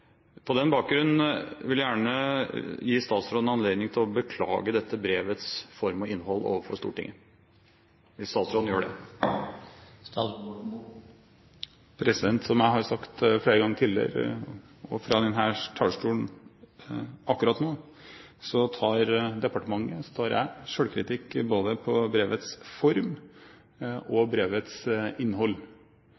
På den bakgrunn vil jeg gjerne gi statsråden anledning til å beklage dette brevets form og innhold overfor Stortinget. Vil statsråden gjøre det? Som jeg har sagt flere ganger tidligere og fra denne talerstolen akkurat nå, tar departementet og jeg selvkritikk både på brevets form og